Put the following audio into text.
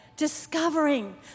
discovering